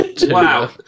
Wow